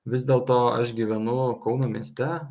vis dėl to aš gyvenu kauno mieste